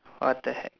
what the heck